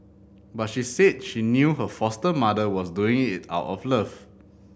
but she said she knew her foster mother was doing it out of love